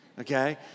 Okay